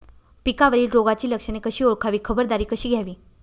पिकावरील रोगाची लक्षणे कशी ओळखावी, खबरदारी कशी घ्यावी?